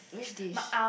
which dish